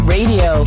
Radio